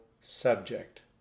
subject